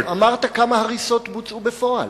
אמרת כמה הריסות בפועל,